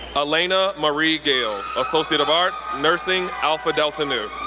alaina marie gayle, associate of arts, nursing, alpha delta nu.